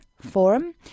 Forum